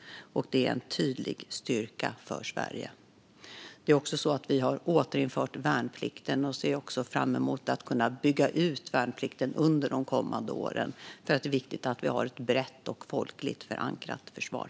Det är en tydlig styrka för Sverige. Det är också så att vi har återinfört värnplikten. Jag ser också fram emot att kunna bygga ut värnplikten under de kommande åren. Det är viktigt att vi har ett brett och folkligt förankrat försvar.